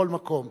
בכל מקום.